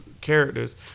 characters